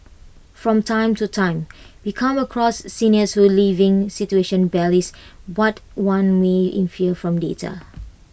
from time to time we come across seniors whose living situation belies what one may infer from data